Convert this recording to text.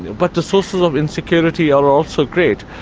but the sources of insecurity are also great.